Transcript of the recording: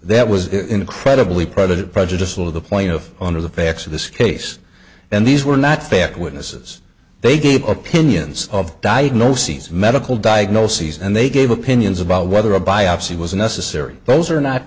that was incredibly president prejudicial of the plaintiff under the facts of this case and these were not fact witnesses they gave opinions of diagnoses medical diagnoses and they gave opinions about whether a biopsy was necessary those are not